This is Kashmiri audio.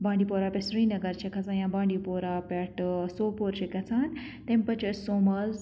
بانڈی پورہ پٮ۪ٹھ سرینگر چھَ کھَسان یا بانڈی پورہ پٮ۪ٹھ سوپور چھَ گژھان تٔمۍ پَتہٕ چھُ سومو حظ